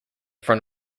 front